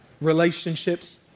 Relationships